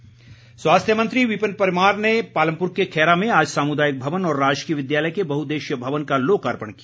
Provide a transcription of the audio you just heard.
परमार स्वास्थ्य मंत्री विपिन परमार ने पालमपुर के खैरा में आज सामुदायिक भवन और राजकीय विद्यालय के बहुउददेशीय भवन का लोकार्पण किया